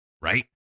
right